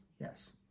Yes